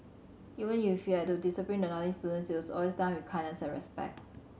even you had to discipline the naughty students it was always done with kindness and respect